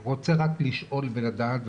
אני רוצה רק לשאול ולדעת,